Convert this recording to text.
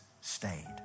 stayed